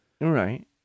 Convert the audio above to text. right